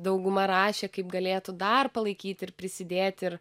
dauguma rašė kaip galėtų dar palaikyti ir prisidėti ir